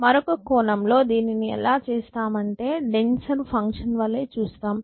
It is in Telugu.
మరొక కోణం లో దీనిని ఎలా చేస్తామంటే డెన్సర్ ఫంక్షన్ వలే చూస్తాం